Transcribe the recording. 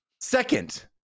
Second